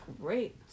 great